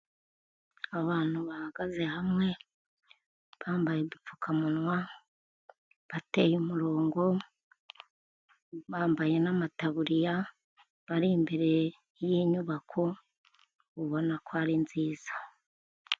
Abantu bahagaze hamwe, bambaye udupfukamunwa, bateye umurongo, bambaye n'amataburiya, bari imbere yinyubako, ubona ko ari nziza.